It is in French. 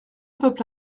peuple